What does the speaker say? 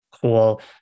cool